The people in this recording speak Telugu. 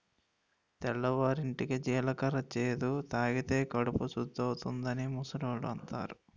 తెల్లవారింటికి జీలకర్ర చేదు తాగితే కడుపు సుద్దవుతాదని ముసలోళ్ళు అంతారు